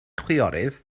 chwiorydd